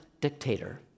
dictator